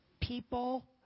people